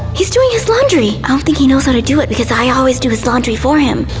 he's doing his laundry. i don't think he knows how to do it because i always do his laundry for him.